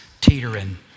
teetering